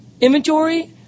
Inventory